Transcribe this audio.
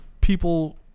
people